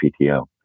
PTO